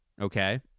okay